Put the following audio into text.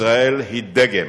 ישראל היא דגם